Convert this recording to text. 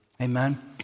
Amen